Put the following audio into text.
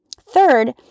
Third